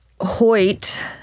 Hoyt